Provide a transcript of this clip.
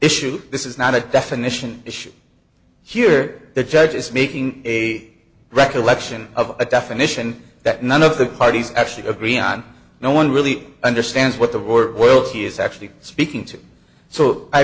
issue this is not a definition issue here the judge is making a recollection of a definition that none of the parties actually agree on no one really understands what the word world she is actually speaking to so i